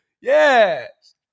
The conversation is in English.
Yes